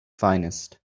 finest